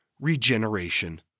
Regeneration